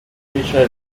richard